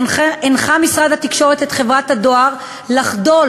הנחה משרד התקשורת את חברת הדואר לחדול